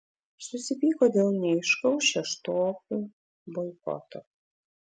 susipyko dėl neaiškaus šeštokių boikoto